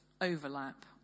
overlap